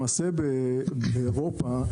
למעשה באירופה,